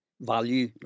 value